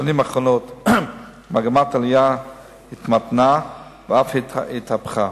בשנים האחרונות מגמת העלייה התמתנה ואף התהפכה.